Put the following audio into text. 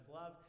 love